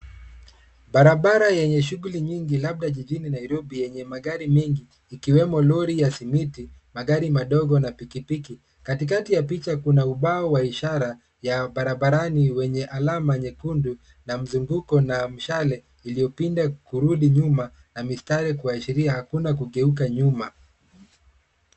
Barabara yenye shughuli nyingi labda jijini Nairobi yenye magari mengi ikiwemo lori ya simiti, magari madogo na pikipiki. Katikati ya picha, kuna ubao wa ishara ya barabarani wenye alama nyekundu na mzunguko na mshale iliyopinda kurudi nyuma na mistari kuashiria hakuna kugeuka nyuma.